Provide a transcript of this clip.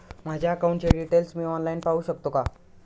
माझ्या अकाउंटचे डिटेल्स मी ऑनलाईन पाहू शकतो का?